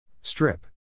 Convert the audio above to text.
Strip